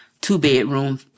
two-bedroom